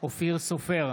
אופיר סופר,